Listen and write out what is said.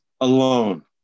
alone